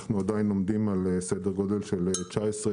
אנחנו עדיין עומדים על סדר גודל של 20-19